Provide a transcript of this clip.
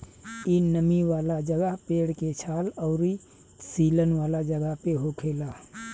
इ नमी वाला जगह, पेड़ के छाल अउरी सीलन वाला जगह पर होखेला